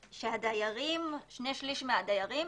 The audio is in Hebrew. ששני שלישים מהדיירים